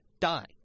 die